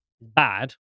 bad